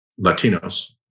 Latinos